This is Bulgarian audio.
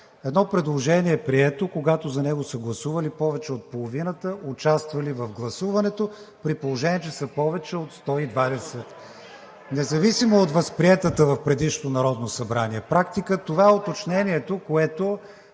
Едно предложение е прието, когато за него са гласували повече от половината участвали в гласуването, при положение че са повече от 120. Независимо от възприетата в предишното Народно събрание практика, това е уточнението, което